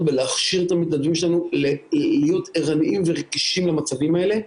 בלהכשיר את המתנדבים שלנו להיות ערניים ורגישים למצבים האלה.